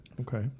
Okay